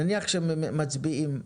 נניח שמצביעים,